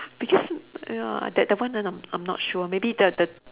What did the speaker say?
because ya that that one I I'm I'm not sure maybe the the